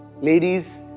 ladies